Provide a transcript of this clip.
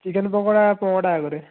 chicken pakora পনেরো টাকা করে